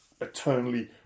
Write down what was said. eternally